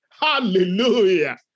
Hallelujah